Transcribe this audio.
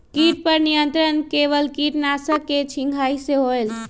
किट पर नियंत्रण केवल किटनाशक के छिंगहाई से होल?